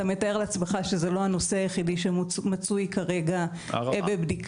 אתה מתאר לעצמך שזה לא הנושא היחידי שמצוי כרגע בבדיקה,